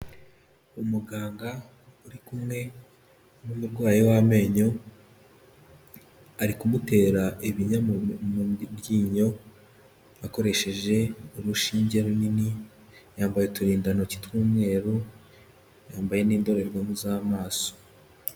Umuganga uri kumwe n'umurwayi w'amenyo, ari kumutera ibinya mu ryinyo, akoresheje urushinge runini, yambaye uturindantoki tw'umweru, yambaye n'indorerwamo z'amaso.